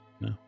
No